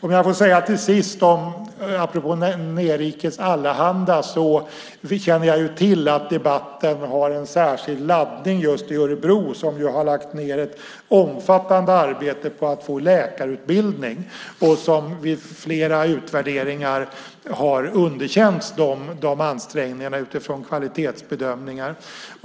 Apropå Nerikes Allehanda vill jag säga att jag känner till att debatten har en särskild laddning just i Örebro som ju har lagt ned ett omfattande arbete på att få en läkarutbildning. De ansträngningarna har vid flera utvärderingar underkänts utifrån kvalitetsbedömningar.